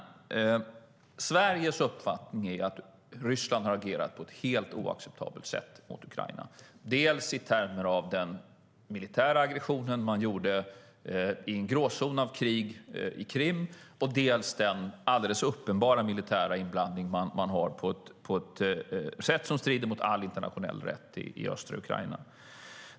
Till att börja med är Sveriges uppfattning att Ryssland har agerat på ett helt oacceptabelt sätt mot Ukraina, dels i termer av den militära aggressionen, dels i termer av gråzonen av krig på Krim, dels den alldeles uppenbara militära inblandning som man har gjort på ett sätt som strider mot all internationell rätt i östra Ukraina.